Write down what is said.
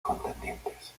contendientes